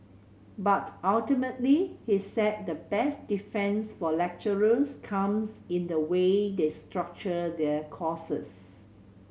but ultimately he said the best defence for lecturers comes in the way they structure their courses